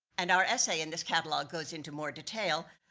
and our essay in this catalog goes into more detail.